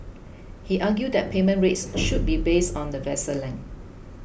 he argued that payment rates should be based on the vessel length